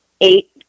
eight